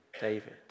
David